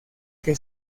que